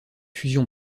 fusion